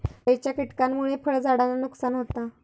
खयच्या किटकांमुळे फळझाडांचा नुकसान होता?